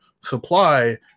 supply